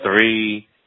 Three